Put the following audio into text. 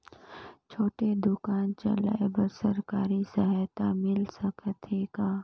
छोटे दुकान चलाय बर सरकारी सहायता मिल सकत हे का?